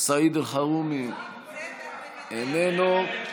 סעיד אלחרומי, איננו.